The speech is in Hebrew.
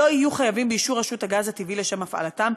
לא יהיו חייבים באישור רשות הגז הטבעי לשם הפעלתם,